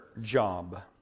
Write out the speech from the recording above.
job